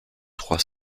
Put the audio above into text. trois